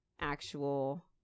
actual